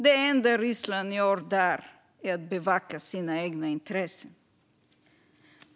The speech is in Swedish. Det enda Ryssland gör där är att bevaka sina egna intressen.